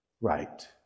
right